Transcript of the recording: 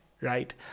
right